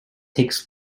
takes